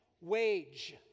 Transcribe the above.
wage